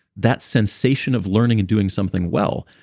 that sensation of learning, and doing something well,